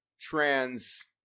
trans